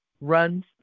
runs